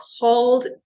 called